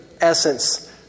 essence